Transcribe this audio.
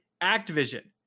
Activision